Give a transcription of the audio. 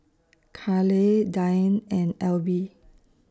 Carleigh Diann and Elby